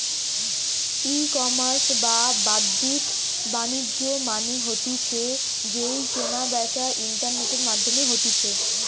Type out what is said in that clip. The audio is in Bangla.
ইকমার্স বা বাদ্দিক বাণিজ্য মানে হতিছে যেই কেনা বেচা ইন্টারনেটের মাধ্যমে হতিছে